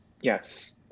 yes